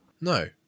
No